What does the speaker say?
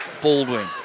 Baldwin